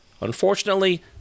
Unfortunately